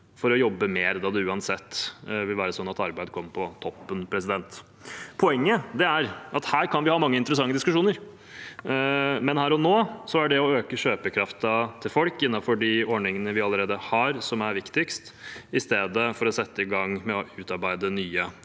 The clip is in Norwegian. for å jobbe mer, da det uansett vil være sånn at arbeid kommer på toppen. Poenget er at vi kan ha mange interessante diskusjoner, men her og nå er det det å øke kjøpekraften til folk innenfor de ordningene vi allerede har, som er viktigst, i stedet for å sette i gang med å utarbeide nye